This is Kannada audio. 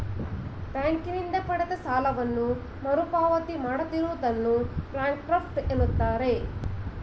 ಬ್ಯಾಂಕಿನಿಂದ ಪಡೆದ ಸಾಲವನ್ನು ಮರುಪಾವತಿ ಮಾಡದಿರುವುದನ್ನು ಬ್ಯಾಂಕ್ರಫ್ಟ ಎನ್ನುತ್ತಾರೆ